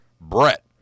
Brett